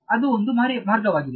ಅದು ಒಂದು ಮಾರ್ಗವಾಗಿದೆ